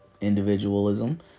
individualism